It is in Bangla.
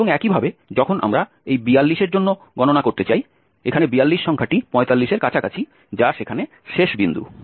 এবং একইভাবে যখন আমরা এই 42 এর জন্য গণনা করতে চাই এখানে 42 সংখ্যাটি 45 এর কাছাকাছি যা সেখানে শেষ বিন্দু